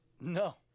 No